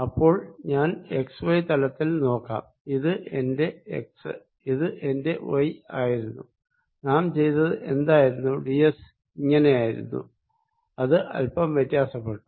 അപ്പോൾ ഞാൻ X Y തലത്തിൽ നോക്കാം ഇത് എന്റെ എക്സ് ഇത് എന്റെ വൈ ആയിരുന്നു നാം ചെയ്തത് എന്തായിരുന്നു ഈ ഡി എസ് ഇങ്ങനെയായിരുന്നു അത് അല്പം വ്യത്യാസപ്പെട്ടു